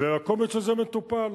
והקומץ הזה מטופל.